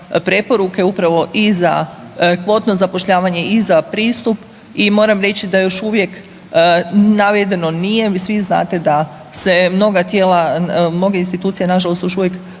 preporuke upravo i za kvotno zapošljavanje i za pristup i moram reći da još uvijek navedeno nije, vi svi znate da se mnoga tijela, mnoge institucije još uvijek